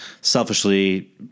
Selfishly